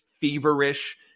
feverish